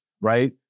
right